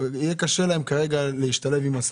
יהיה קשה להם כרגע להשתלב עם השפה.